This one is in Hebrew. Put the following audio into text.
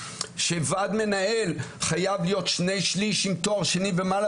שוועד מנהל חייב להיות שני שליש עם תואר שני ומעלה